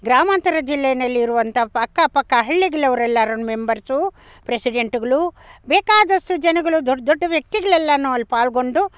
ಗ್ರಾಮಾಂತರ ಜಿಲ್ಲೆಯಲ್ಲಿರುವಂಥ ಅಕ್ಕ ಪಕ್ಕ ಹಳ್ಳಿಗಳವ್ರೆಲ್ಲರ್ನ ಮೆಂಬರ್ಸು ಪ್ರೆಸಿಡೆಂಟುಗಳು ಬೇಕಾದಷ್ಟು ಜನಗಳು ದೊಡ್ಡ ದೊಡ್ಡ ವ್ಯಕ್ತಿಗಳೆಲ್ಲನೂ ಅಲ್ಲಿ ಪಾಲ್ಗೊಂಡು